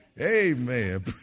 Amen